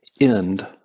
End